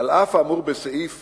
"(ד) על אף האמור בסעיף